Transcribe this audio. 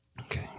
Okay